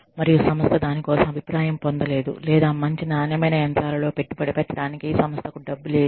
మరియు సంస్థ దాని కోసం అభిప్రాయం పొందలేదు లేదా మంచి నాణ్యమైన యంత్రాలలో పెట్టుబడి పెట్టడానికి సంస్థకు డబ్బు లేదు